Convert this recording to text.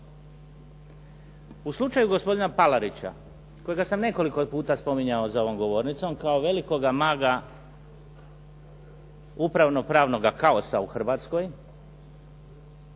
U slučaju gospodina Palarića kojega sam nekoliko puta spominjao za ovom govornicom kao velikoga maga upravno-pravnog kaosa u Hrvatskoj,